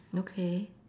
okay